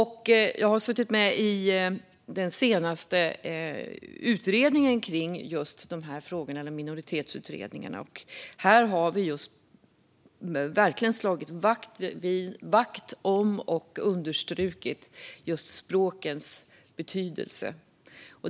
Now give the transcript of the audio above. Jag satt med i den senaste utredningen om minoritetsfrågor, och där slog vi verkligen vakt om och underströk språkens betydelse.